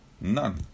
None